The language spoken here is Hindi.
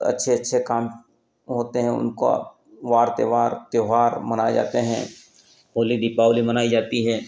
अच्छे अच्छे काम होते हैं उनका वार त्योहार त्योहार मनाए जाते हैं होली दीपावली मनाई जाती है